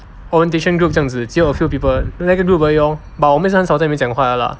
orientation group 这样子只有 a few people orientation group 而已 lor but 我们也是很少在那边讲话的 lah